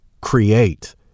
create